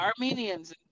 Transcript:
armenians